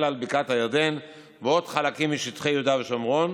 על בקעת הירדן ועל עוד חלקים משטחי יהודה ושומרון,